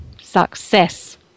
success